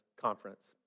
conference